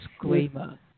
disclaimer